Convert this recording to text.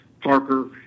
parker